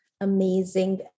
amazing